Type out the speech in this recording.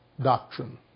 doctrine